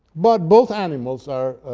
but both animals are,